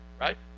Right